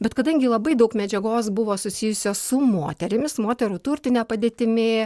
bet kadangi labai daug medžiagos buvo susijusios su moterimis moterų turtine padėtimi